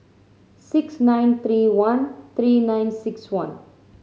six nine three one three nine six one